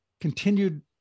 continued